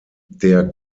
der